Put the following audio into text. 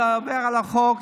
זה עובר על החוק,